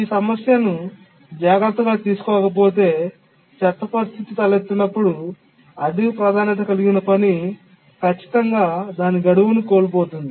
ఈ సమస్యను జాగ్రత్తగా తీసుకోకపోతే చెత్త పరిస్థితి తలెత్తినప్పుడు అధిక ప్రాధాన్యత కలిగిన పని ఖచ్చితంగా దాని గడువును కోల్పోతుంది